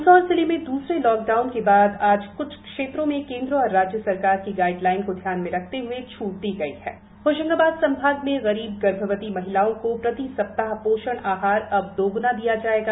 मन्दसौर जिले में दूसरे लॉक डाउन बाद आज कुछ क्षेत्रों में केंद्र और राज्य सरकार की गाइड लाइन को ध्यान में रखते हुए छूट प्रदान की है होशंगाबाद संभाग में गरीब गर्भवती महिलाओं को प्रति सप्ताह पोषण आहार अब दोगुना दिया जाएगा